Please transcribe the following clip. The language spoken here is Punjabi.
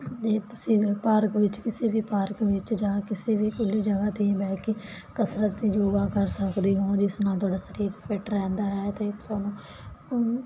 ਤੇ ਤੁਸੀੰ ਪਾਰਕ ਵਿੱਚ ਕਿਸੇ ਵੀ ਪਾਰਕ ਵਿੱਚ ਜਾਂ ਕਿਸੇ ਵੀ ਖੁੱਲੀ ਜਗਾ ਤੇ ਬਹਿ ਕੇ ਕਸਰਤ ਯੋਗਾ ਕਰ ਸਕਦੇ ਹੋ ਜਿਸ ਨਾਲ ਤੁਹਾਡਾ ਸਰੀਰ ਫਿੱਟ ਰਹਿੰਦਾ ਹੈ ਤੇ ਤੁਹਾਨੂੰ